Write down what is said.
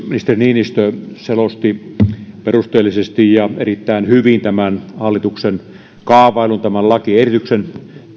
ministeri niinistö selosti perusteellisesti ja erittäin hyvin tämän hallituksen kaavailun tämän lakiesityksen